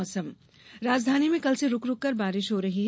मौसम राजधानी में कल से रूक रूक कर बारिश हो रही है